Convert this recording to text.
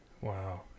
wow